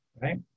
right